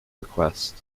request